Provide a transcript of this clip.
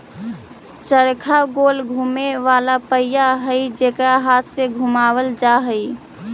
चरखा गोल घुमें वाला पहिया हई जेकरा हाथ से घुमावल जा हई